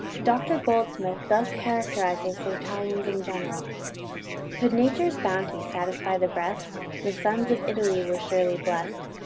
dr goldsmith thus characterises the italians in general could nature's bounty satisfy the breast, the sons of italy were surely blest.